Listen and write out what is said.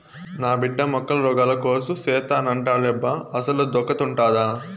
నా బిడ్డ మొక్కల రోగాల కోర్సు సేత్తానంటాండేలబ్బా అసలదొకటుండాదా